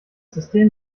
system